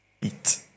eat